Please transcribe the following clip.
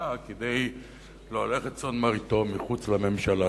כדי להוליך את צאן מרעיתו מחוץ לממשלה,